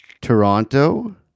Toronto